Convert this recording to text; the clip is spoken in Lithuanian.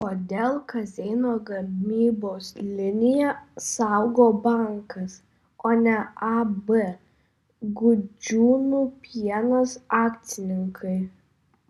kodėl kazeino gamybos liniją saugo bankas o ne ab gudžiūnų pienas akcininkai